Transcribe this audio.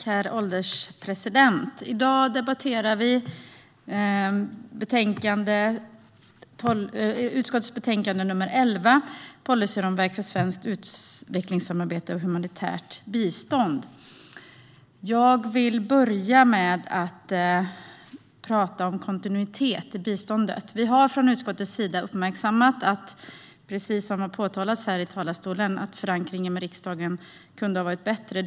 Herr ålderspresident! I dag debatterar vi utskottets betänkande UU11 Policyramverk för svenskt utvecklingssamarbete och humanitärt bistånd . Jag vill börja med att tala om kontinuitet i biståndet. Vi har från utskottets sida uppmärksammat att förankringen i riksdagen kunde ha varit bättre, vilket också har påtalats här i talarstolen.